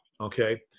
okay